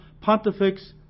Pontifex